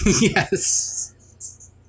Yes